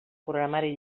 programari